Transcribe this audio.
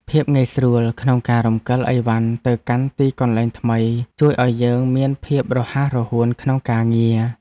ភាពងាយស្រួលក្នុងការរំកិលឥវ៉ាន់ទៅកាន់ទីកន្លែងថ្មី ជួយឱ្យយើងមានភាពរហ័សរហួនក្នុងការងារ។